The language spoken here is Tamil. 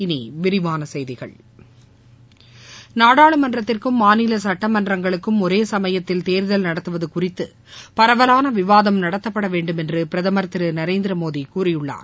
இனி விரிவான செய்திகள் நாடாளுமன்றத்திற்கும் மாநில சுட்டமன்றங்களுக்கும் ஒரே சுமயத்தில் தேர்தல் நடத்துவது குறித்து பரவலான விவாதம் நடத்தப்பட வேண்டும் என்று பிரதமர் திரு நரேந்திர மோடி கூறியுள்ளார்